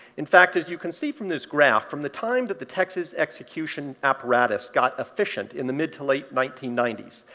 in fact, as you can see from this graph, from the time that the texas execution apparatus got efficient in the mid to late nineteen ninety s,